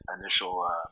initial